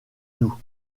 nous